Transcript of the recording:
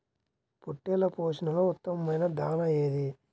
పొట్టెళ్ల పోషణలో ఉత్తమమైన దాణా ఏది?